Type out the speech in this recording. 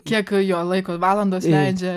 kiek jo laiko valandos leidžia